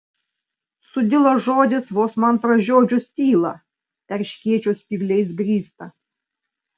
sudilo žodis vos man pražiodžius tylą erškėčio spygliais grįstą